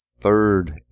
third